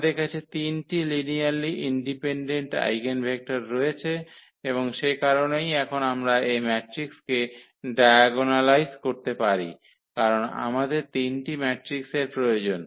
আমাদের কাছে 3 টি লিনিয়ারলি ইন্ডিপেন্ডেন্ট আইগেনভেক্টর রয়েছে এবং সে কারণেই এখন আমরা এই ম্যাট্রিক্সকে ডায়াগোনালাইজ করতে পারি কারণ আমাদের 3 টি ম্যাট্রিক্সের প্রয়োজন